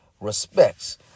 respects